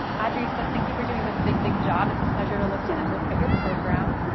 and audrey says thank you for doing this big, big job. it's a pleasure to listen and look at your program